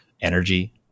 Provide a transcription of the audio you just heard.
energy